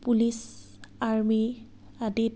police army আদিত